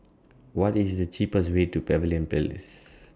What IS The cheapest Way to Pavilion Place